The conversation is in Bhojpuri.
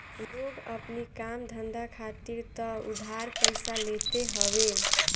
लोग अपनी काम धंधा खातिर तअ उधार पइसा लेते हवे